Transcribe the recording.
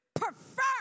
prefer